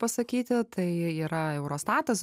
pasakyti tai yra eurostatas